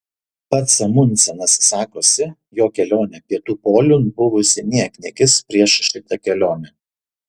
pats amundsenas sakosi jo kelionė pietų poliun buvusi niekniekis prieš šitą kelionę